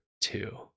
two